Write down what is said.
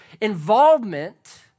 involvement